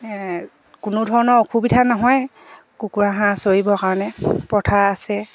কোনো ধৰণৰ অসুবিধা নহয় কুকুৰা হাঁহ চৰিবৰ কাৰণে পথাৰ আছে